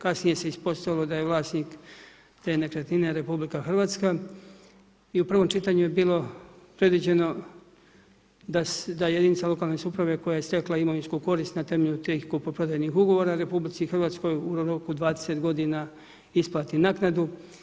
Kasnije se ispostavilo da je vlasnik te nekretnine RH i u prvom čitanju je bilo predviđeno da jedinica lokalne samouprave koja je stekla imovinsku korist na temelju tih kupoprodajnih ugovora RH u roku od 20 godina isplati naknadu.